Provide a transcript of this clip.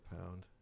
Pound